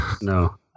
no